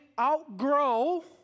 outgrow